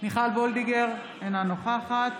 מיכל וולדיגר, אינה נוכחת